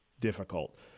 difficult